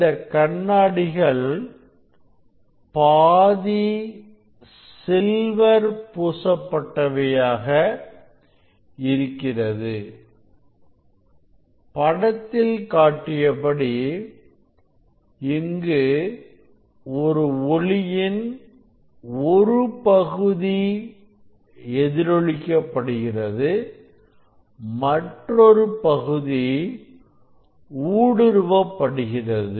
இந்த கண்ணாடிகள் பாதி சில்வர் பூச பட்டவையாக இருக்கின்றது படத்தில் காட்டியபடி இங்கு ஒரு ஒளியின் ஒருபகுதி எதிரொலிக்க படுகிறது மற்றொரு பகுதி ஊடுருவ படுகிறது